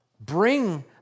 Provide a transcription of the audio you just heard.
Bring